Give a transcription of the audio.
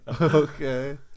okay